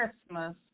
Christmas